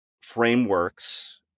frameworks